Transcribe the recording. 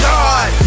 God